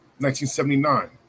1979